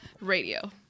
radio